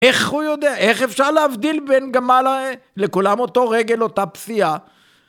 איך הוא יודע, איך אפשר להבדיל בין גמל... לכולם אותו רגל, אותה פסיעה?